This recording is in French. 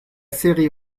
série